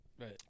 Right